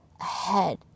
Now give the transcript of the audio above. ahead